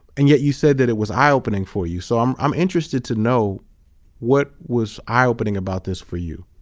and yet you said that it was eye opening for you. so i'm i'm interested to know what was eye opening about this for you.